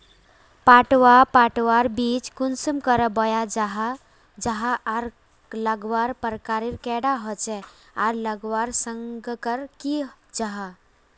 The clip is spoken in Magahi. पटवा पटवार बीज कुंसम करे बोया जाहा जाहा आर लगवार प्रकारेर कैडा होचे आर लगवार संगकर की जाहा?